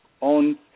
on